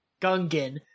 Gungan